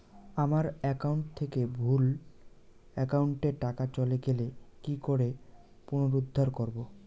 আমার একাউন্ট থেকে ভুল একাউন্টে টাকা চলে গেছে কি করে পুনরুদ্ধার করবো?